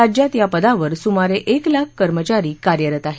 राज्यात या पदावर सुमारे एक लाख कर्मचारी कार्यरत आहेत